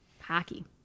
hockey